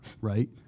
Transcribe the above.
right